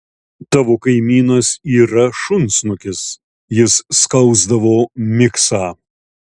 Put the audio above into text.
tavo kaimynas yra šunsnukis jis skausdavo miksą